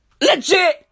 Legit